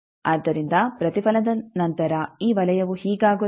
ಆದ್ದರಿಂದ ಪ್ರತಿಫಲನದ ನಂತರ ಈ ವಲಯವು ಹೀಗಾಗುತ್ತದೆ